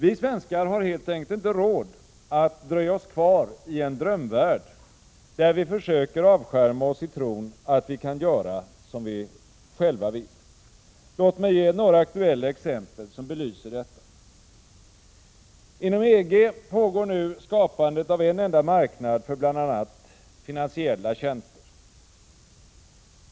Vi svenskar har helt enkelt inte råd att dröja oss kvar i en drömvärld, där vi försöker avskärma oss i tron att vi kan göra som vi själva vill. Låt mig ge några aktuella exempel som belyser detta. Inom EG pågår nu skapandet av en enda marknad för bl.a. finansiella tjänster.